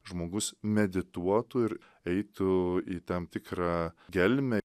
žmogus medituotų ir eitų į tam tikrą gelmę